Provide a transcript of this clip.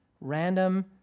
random